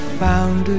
found